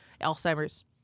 alzheimer's